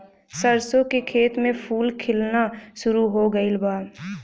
सरसों के खेत में फूल खिलना शुरू हो गइल बा